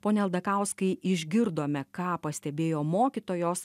pone aldakauskai išgirdome ką pastebėjo mokytojos